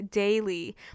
Daily